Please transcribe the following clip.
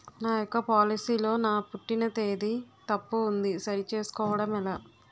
నా యెక్క పోలసీ లో నా పుట్టిన తేదీ తప్పు ఉంది సరి చేసుకోవడం ఎలా?